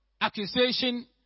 accusation